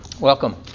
Welcome